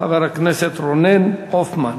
חבר הכנסת רונן הופמן.